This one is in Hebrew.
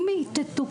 אם היא תתוקצב,